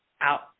out